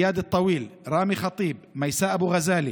איאד אל-טוויל, רמי ח'טיב, מיסאן אבו ע'זאלה,